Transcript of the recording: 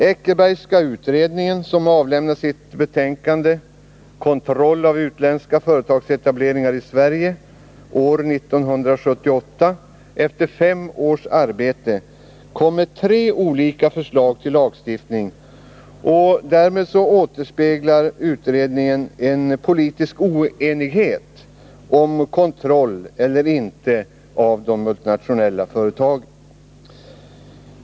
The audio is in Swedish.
Eckerbergska utredningen, som avlämnade sitt betänkande Kontroll av utländska företagsetableringar i Sverige år 1978, efter fem års arbete, kom med tre olika förslag till lagstiftning, och därmed återspeglar utredningen en politisk oenighet om kontroll eller inte kontroll av de multinationella företagen.